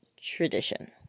tradition